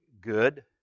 good